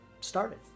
started